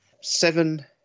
Seven